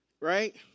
right